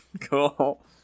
Cool